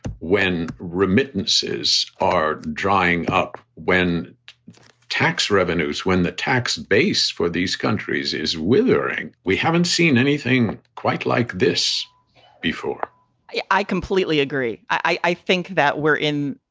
but when remittances are drying up. when tax revenues. when the tax base for these countries is withering. we haven't seen anything quite like this before i completely agree. i think that we're in.